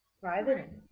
private